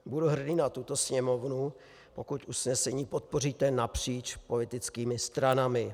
Budu hrdý na tuto Sněmovnu, pokud usnesení podpoříte napříč politickými stranami.